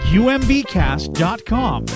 umbcast.com